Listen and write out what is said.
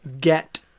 Get